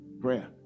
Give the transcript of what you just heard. prayer